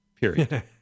period